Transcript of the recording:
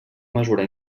mesura